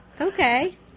okay